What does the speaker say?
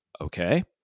Okay